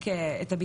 ארגון תקשורתי,